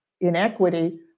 inequity